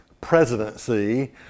presidency